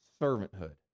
servanthood